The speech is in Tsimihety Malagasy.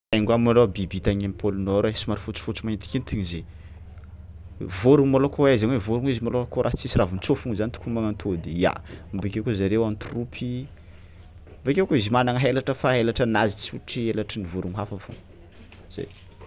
Pingouins malôha biby hita agny am'pôle nord ai, somary fotsifotsy maintikentigny izy, vôrogno malôha kôa ahaizagna hoe vôrogno izy malôha kôa raha tsisy ravon-tsôfiny zany tokony magnatôdy ya, bakeo koa zareo en troupe, bakeo koa izy managna helatra fa helatranazy tsy ohatry helatry ny vôrogno hafa fao, zay.